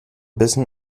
bissen